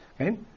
Okay